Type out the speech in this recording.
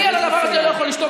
אני, על הדבר הזה לא יכול לשתוק.